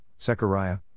Zechariah